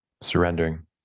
Surrendering